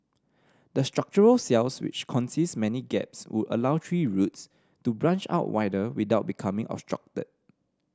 the structural cells which consist many gaps would allow tree roots to branch out wider without becoming obstructed